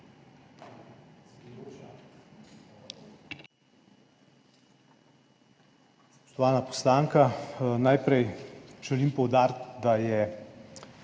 Spoštovana poslanka, najprej želim poudariti, da je